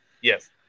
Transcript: Yes